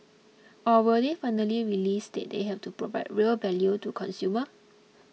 or will they finally realise that they have to provide real value to consumers